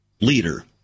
leader